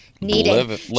needed